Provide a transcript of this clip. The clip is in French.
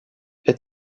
est